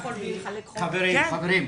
חברים,